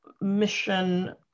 mission